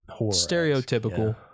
stereotypical